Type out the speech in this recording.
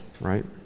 right